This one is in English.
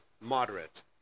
moderate